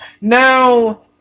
Now